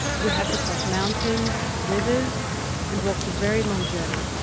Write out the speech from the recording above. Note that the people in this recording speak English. we had to cross mountains, rivers and walked very long journey.